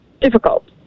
difficult